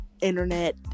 internet